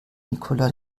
nicola